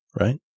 right